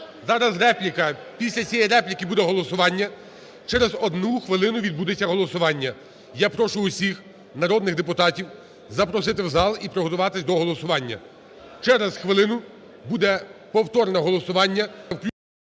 Зараз репліка. Після цієї репліки буде голосування, через одну хвилину відбудеться голосування. Я прошу всіх народних депутатів запросити в зал і приготуватися до голосування. Через хвилину буде повторне голосування